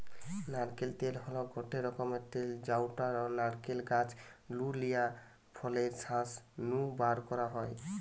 নারকেল তেল হল গটে রকমের তেল যউটা নারকেল গাছ নু লিয়া ফলের শাঁস নু বারকরা হয়